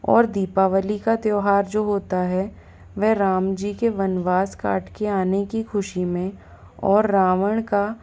और दीपावली का त्योहार जो होता है वह राम जी के वनवास काट कर आने की खुशी में और रावण का